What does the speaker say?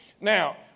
Now